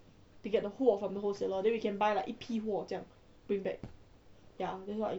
to get the 货 from the wholesaler then we can buy like 一批货这样 bring back ah that's what I